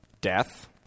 death